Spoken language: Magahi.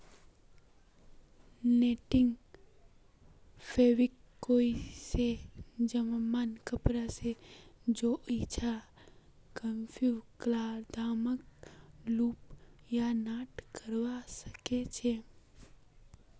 नेटिंग फ़ैब्रिक कोई भी यममन कपड़ा छ जैइछा फ़्यूज़ क्राल धागाक लूप या नॉट करव सक छी